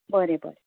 बरें बरें